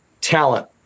talent